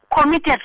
committed